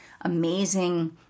amazing